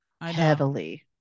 heavily